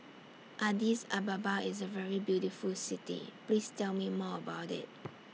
Addis Ababa IS A very beautiful City Please Tell Me More about IT